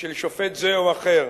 של שופט זה או אחר,